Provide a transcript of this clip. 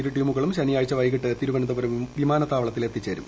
ഇരു ടീമുകളും ശനിയാഴ്ച വൈകിട്ട് തിരുവനന്തപുരം വിമാനത്താവളത്തിൽ എത്തിച്ചേരും